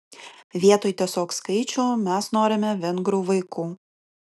vietoj tiesiog skaičių mes norime vengrų vaikų